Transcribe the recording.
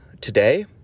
today